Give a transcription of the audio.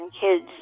kids